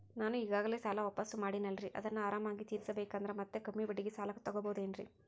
ನಾನು ಈಗಾಗಲೇ ಸಾಲ ವಾಪಾಸ್ಸು ಮಾಡಿನಲ್ರಿ ಅದನ್ನು ಆರಾಮಾಗಿ ತೇರಿಸಬೇಕಂದರೆ ಮತ್ತ ಕಮ್ಮಿ ಬಡ್ಡಿಗೆ ಸಾಲ ತಗೋಬಹುದೇನ್ರಿ?